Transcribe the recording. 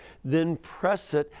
then press it.